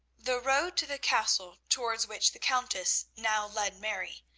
the road to the castle towards which the countess now led mary,